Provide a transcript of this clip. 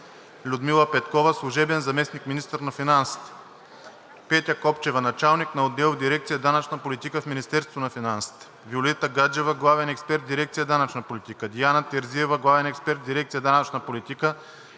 Людмила Петкова – служебен заместник-министър на финансите, Петя Копчева – началник на отдел дирекция „Данъчна политика“ в Министерството на финансите, Виолета Гаджева – главен експерт в дирекция „Данъчна политика“, Диана Терзиева – главен експерт в дирекция „Данъчна политика“